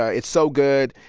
ah it's so good.